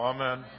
Amen